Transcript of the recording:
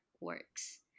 works